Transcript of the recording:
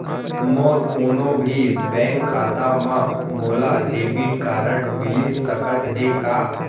मोर कोनो भी बैंक खाता मा मोला डेबिट कारड मिलिस सकत हे का?